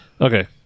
Okay